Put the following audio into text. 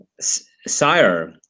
sire